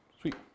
Sweet